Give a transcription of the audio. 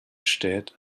steht